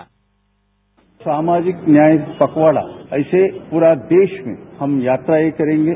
bite सामाजिक न्याय पखवाड़ा ऐसे पूरा देश में हम यात्राएं करेंगे